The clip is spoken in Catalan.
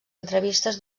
entrevistes